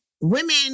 women